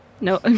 No